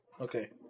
Okay